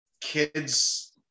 kids